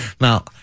Now